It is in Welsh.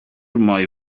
mai